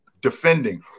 defending